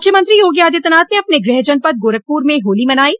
मुख्यमंत्री योगी आदित्यनाथ ने अपने गृह जनपद गोरखपुर में होली मनायी